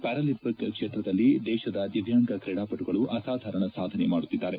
Paralympic ಕ್ಷೇತ್ರದಲ್ಲಿ ದೇಶದ ದಿವ್ಯಾಂಗ ಕ್ರೀಡಾಪಟುಗಳು ಅಸಾಧಾರಣ ಸಾಧನೆ ಮಾಡುತ್ತಿದ್ದಾರೆ